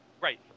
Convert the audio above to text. Right